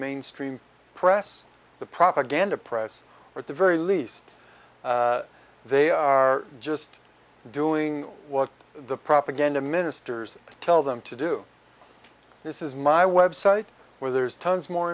mainstream press the propaganda press or at the very least they are just doing what the propaganda ministers tell them to do this is my website where there is tons more